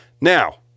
Now